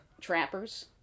Trappers